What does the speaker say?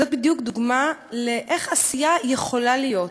זאת בדיוק דוגמה לאיך עשייה יכולה להיות,